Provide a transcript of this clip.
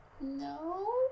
No